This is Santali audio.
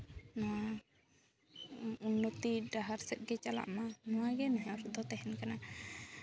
ᱱᱚᱣᱟ ᱩᱱᱱᱚᱛᱤ ᱰᱟᱦᱟᱨ ᱥᱮᱫ ᱜᱮ ᱪᱟᱞᱟᱜ ᱢᱟ ᱱᱚᱣᱟᱜᱮ ᱱᱮᱦᱚᱨ ᱫᱚ ᱛᱟᱦᱮᱱ ᱠᱟᱱᱟ